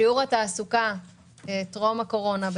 שיעור התעסוקה טרום הקורונה,